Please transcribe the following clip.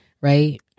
right